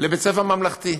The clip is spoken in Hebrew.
לבית-ספר ממלכתי.